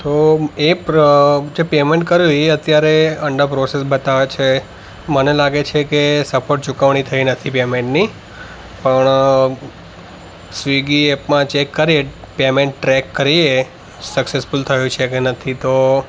તો મ એ પ્ર જે પેમેન્ટ કર્યું એ અત્યારે અંડર પ્રોસેસ બતાવે છે મને લાગે છે કે સફળ ચૂકવણી થઇ નથી પેમેન્ટની પણ સ્વિગી એપમાં ચૅક કરી પેમેન્ટ ટ્રેક કરીએ સક્સેસફુલ થયું છે કે નથી તો